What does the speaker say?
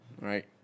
right